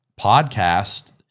podcast